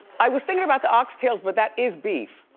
i was thinking about the oxtails, but that is beef.